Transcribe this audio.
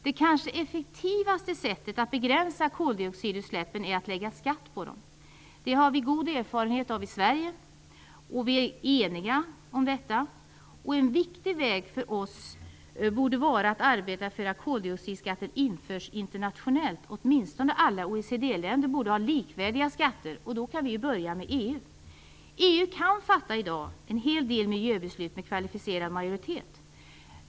Det effektivaste sättet att begränsa koldioxidutsläppen är kanske att lägga skatt på dem. Det har vi god erfarenhet av i Sverige, och vi är eniga om detta. En viktig väg för oss borde vara att arbeta för att koldioxidskatter införs internationellt. Åtminstone alla OECD-länder borde ha likvärdiga skatter, och då kan vi börja med EU. EU kan i dag fatta en hel del miljöbeslut med kvalificerad majoritet.